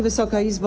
Wysoka Izbo!